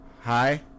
Hi